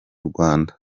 rwanda